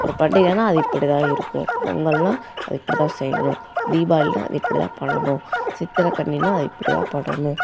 ஒரு பண்டிகைன்னால் அது இப்படி தான் இருக்கும் பொங்கல்னால் அது இப்படி தான் செய்யணும் தீபாவளின்னால் அது இப்படி தான் பண்ணணும் சித்திரக்கனினால் அது இப்படி தான் பண்ணணும்